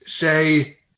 say